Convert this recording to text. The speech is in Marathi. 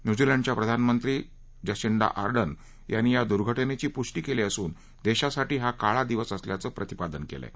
न्युझिलंडच्या प्रधानमंत्री जसिंडा आर्डन यांनी या दुर्घटनेची पुष्टी केली असून देशासाठी हा काळा दिवस असल्याचं प्रतिपादन केलंय